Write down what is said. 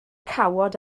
cawod